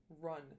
run